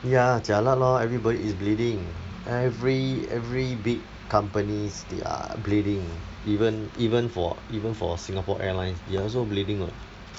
ya jialat lor everybody is bleeding every every big companies they are bleeding even even for even for singapore airlines they are also bleeding [what]